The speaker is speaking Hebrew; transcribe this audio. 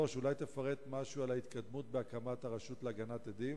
3. אולי תפרט משהו על ההתקדמות בהקמת הרשות להגנת עדים.